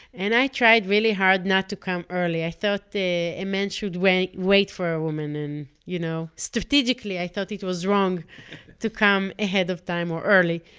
and i tried really hard not to come early. i thought a man should wait wait for a woman, and, you know, strategically i thought it was wrong to come ahead of time, or early.